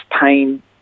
pain